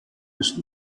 ist